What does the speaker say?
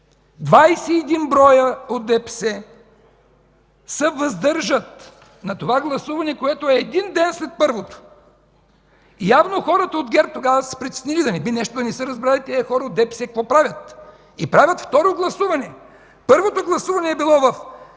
броя от ДПС се въздържат на това гласуване, което е един ден след първото. Явно хората от ГЕРБ тогава са се притеснили да не би тези хора от ДПС да не са разбрали какво правят и правят второ гласуване. Първото гласуване е било в